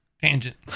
Tangent